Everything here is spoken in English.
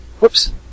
Whoops